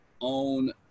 own